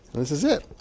this is it.